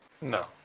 No